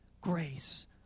grace